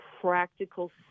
practical